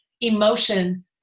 emotion